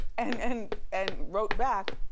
and and and wrote back,